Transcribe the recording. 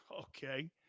Okay